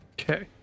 Okay